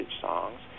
songs